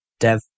Dev